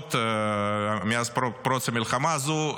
האחרונות מאז פרוץ המלחמה הזאת.